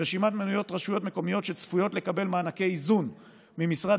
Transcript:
ברשימה מנויות רשויות מקומיות שצפויות לקבל מענקי איזון ממשרד